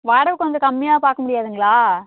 வாடகை கொஞ்சம் கம்மியாக பார்க்க முடியாதுங்களா